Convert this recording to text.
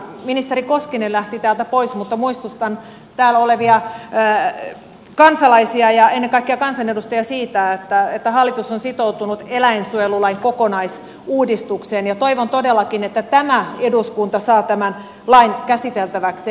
ministeri koskinen lähti täältä pois mutta muistutan täällä olevia kansalaisia ja ennen kaikkea kansanedustajia siitä että hallitus on sitoutunut eläinsuojelulain kokonaisuudistukseen ja toivon todellakin että tämä eduskunta saa tämän lain käsiteltäväkseen